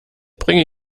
bringe